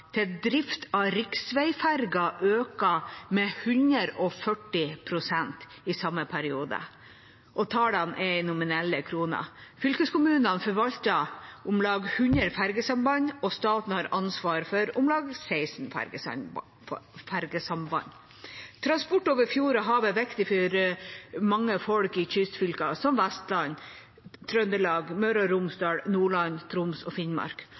drift av riksvegferger økt med 140 pst. i samme periode. Tallene er i nominelle kroner. Fylkeskommunene forvalter om lag 100 fergesamband, og staten har ansvar for om lag 16 fergesamband. Transport over fjord og hav er viktig for mange folk i kystfylker, som Vestland, Trøndelag, Møre og Romsdal, Nordland, Troms og Finnmark.